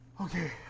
Okay